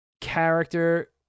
character